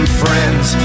friends